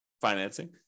financing